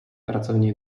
pracovní